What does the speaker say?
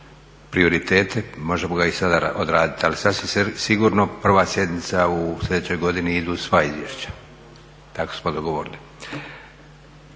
prioritete možemo ga i sada odradit, ali sasvim sigurno prva sjednica u sljedećoj godini idu sva izvješća, tako smo dogovorili.